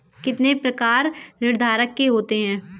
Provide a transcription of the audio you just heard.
कितने प्रकार ऋणधारक के होते हैं?